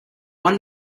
one